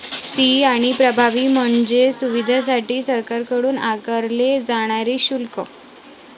fee आणि प्रभावी म्हणजे सुविधांसाठी सरकारकडून आकारले जाणारे शुल्क